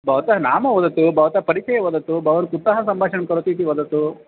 भवतः नाम वदतु भवतः परिचयं वदतु भवान् कुतः सम्भाषणं करोति इति वदतु